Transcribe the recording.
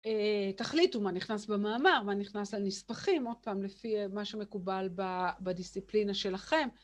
תחליטו מה נכנס במאמר, מה נכנס לנספחים, עוד פעם לפי מה שמקובל בדיסציפלינה שלכם